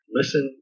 listen